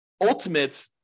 ultimate